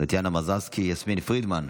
טטיאנה מזרסקי, יסמין פרידמן,